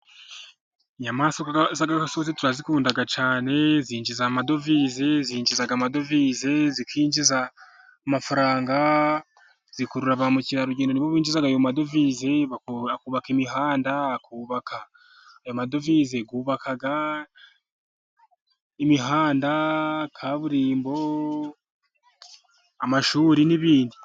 Inyamaswa z'igasozi turazikunda cyane zinjiza amadovize, zinjiza amadovize, zikinjiza amafaranga, zikurura ba mukerarugendo nibo binjiza ayo madovize, bakubaka imihanda, ayo madovize yubaka imihanda, kaburimbo, amashuri n'ibindi.